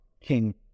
King